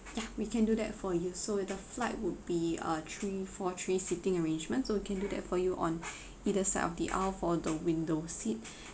yeah we can do that for you so the flight would be uh three four three sitting arrangement so we can do that for you on either side of the aisle for the window seat